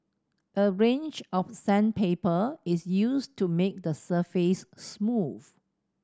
a range of sandpaper is used to make the surface smooth